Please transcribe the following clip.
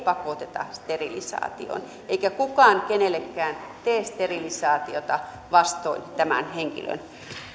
pakoteta sterilisaatioon eikä kukaan kenellekään tee sterilisaatiota vastoin tämän henkilön